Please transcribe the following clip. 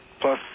plus